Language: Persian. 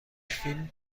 فیلم